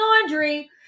laundry